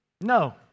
No